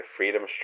Freedom